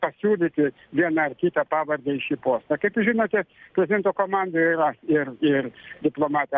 pasiūlyti vieną ar kita pavardę į šį postą kaip jūs žinote prezidento komandoje yra ir ir diplomatė